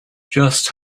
just